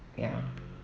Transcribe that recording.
ya